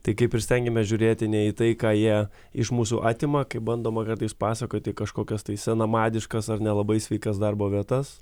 tai kaip ir stengiamės žiūrėti ne į tai ką jie iš mūsų atima kaip bandoma kartais pasakoti kažkokias tai senamadiškas ar nelabai sveikas darbo vietas